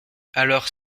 alors